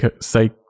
say